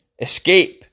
escape